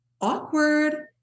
awkward